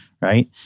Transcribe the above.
right